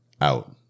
out